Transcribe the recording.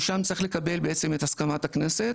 ששם צריך לקבל בעצם את הסכמת הכנסת,